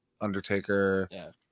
Undertaker